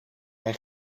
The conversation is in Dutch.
hij